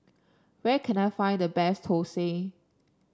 where can I find the best thosai